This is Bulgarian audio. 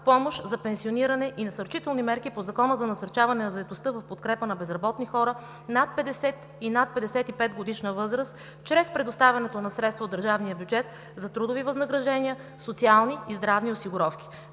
„Помощ за пенсиониране“ и насърчителни мерки по Закона за насърчаване на заетостта в подкрепа на безработни хора над 50- и над 55-годишна възраст чрез предоставянето на средства от държавния бюджет за трудови възнаграждения, социални и здравни осигуровки.